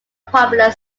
popular